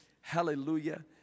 Hallelujah